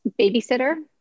babysitter